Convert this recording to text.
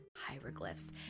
hieroglyphs